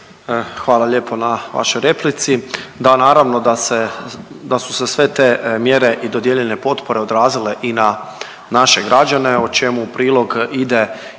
Hvala lijepo na vašoj replici. Da naravno da se, da su se sve te mjere i dodijeljene potpore odrazile i na naše građane o čemu u prilog ide i